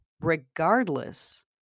regardless